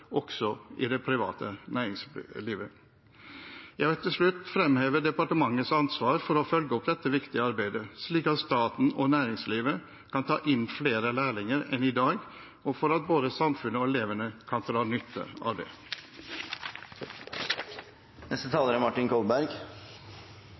også i det private næringslivet. Jeg vil til slutt fremheve departementets ansvar for å følge opp dette viktige arbeidet, slik at staten og næringslivet kan ta inn flere lærlinger enn i dag, og for at både samfunnet og elevene kan dra nytte